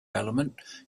element